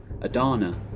Adana